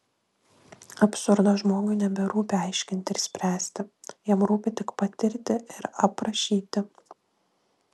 absurdo žmogui neberūpi aiškinti ir spręsti jam rūpi tik patirti ir aprašyti